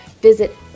Visit